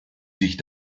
sich